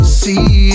see